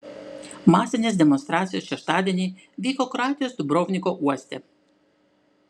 masinės demonstracijos šeštadienį vyko kroatijos dubrovniko uoste